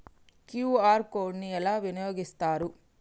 QR code ని ఎలా వినియోగిస్తారు?